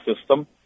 system